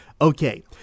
Okay